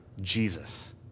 Jesus